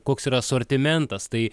koks yra asortimentas tai